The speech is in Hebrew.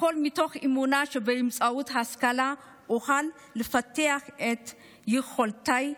הכול מתוך אמונה שבאמצעות ההשכלה אוכל לפתח את יכולותיי.